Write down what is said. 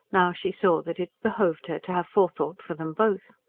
now she saw that it behoved her to have forethought for them both.